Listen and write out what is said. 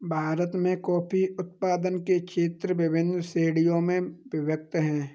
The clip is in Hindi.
भारत में कॉफी उत्पादन के क्षेत्र विभिन्न श्रेणियों में विभक्त हैं